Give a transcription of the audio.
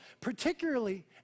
particularly